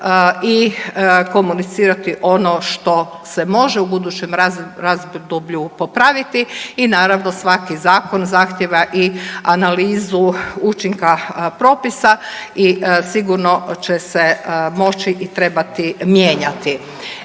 i komunicirati ono što se može u budućem razdoblju popraviti. I naravno svaki zakon zahtijeva i analizu učinka propisa i sigurno će se moći i trebati mijenjati.